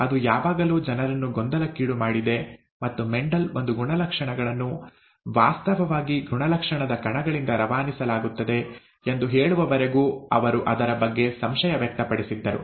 ಅದು ಯಾವಾಗಲೂ ಜನರನ್ನು ಗೊಂದಲಕ್ಕೀಡುಮಾಡಿದೆ ಮತ್ತು ಮೆಂಡೆಲ್ ಬಂದು ಗುಣಲಕ್ಷಣಗಳನ್ನು ವಾಸ್ತವವಾಗಿ ಗುಣಲಕ್ಷಣದ ಕಣಗಳಿಂದ ರವಾನಿಸಲಾಗುತ್ತದೆ ಎಂದು ಹೇಳುವವರೆಗೂ ಅವರು ಅದರ ಬಗ್ಗೆ ಸಂಶಯ ವ್ಯಕ್ತಪಡಿಸುತ್ತಿದ್ದರು